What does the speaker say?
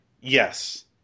Yes